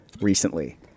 recently